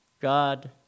God